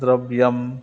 द्रव्यम्